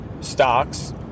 stocks